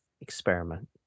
Experiment